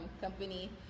company